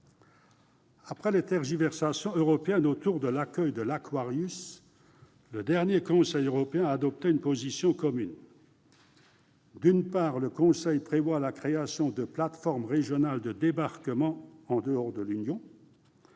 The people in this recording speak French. Après les tergiversations européennes autour de l'accueil de l', le dernier Conseil européen a adopté une position commune. D'une part, le Conseil prévoit la création de « plateformes régionales de débarquement », en dehors de l'Union.